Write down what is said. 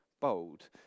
bold